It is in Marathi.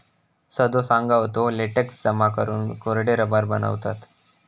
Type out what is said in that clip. सदो सांगा होतो, लेटेक्स जमा करून कोरडे रबर बनवतत